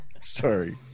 sorry